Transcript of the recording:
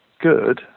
good